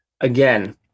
again